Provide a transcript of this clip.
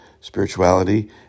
Spirituality